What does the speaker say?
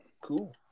Cool